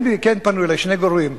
כן פנו אלי שני גורמים,